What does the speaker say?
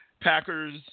Packers